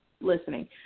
listening